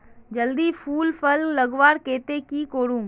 जल्दी फूल फल लगवार केते की करूम?